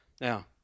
Now